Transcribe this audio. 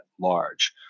large